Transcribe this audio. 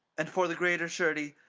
and for the greater surety,